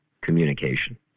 communication